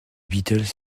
beatles